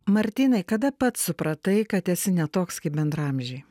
martynai kada pats supratai kad esi ne toks kaip bendraamžiai